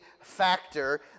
factor